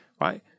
right